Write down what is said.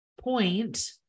point